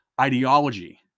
ideology